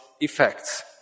effects